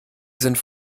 sind